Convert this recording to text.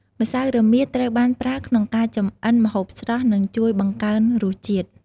ម្សៅរមៀតត្រូវបានប្រើក្នុងការចម្អិនម្ហូបស្រស់ និងជួយបង្កើនរសជាតិ។